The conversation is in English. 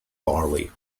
barley